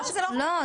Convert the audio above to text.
לא,